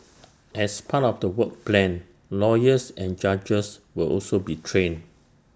as part of the work plan lawyers and judges will also be trained